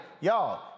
Y'all